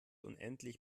unendlich